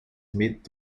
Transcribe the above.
smith